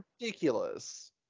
ridiculous